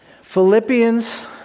Philippians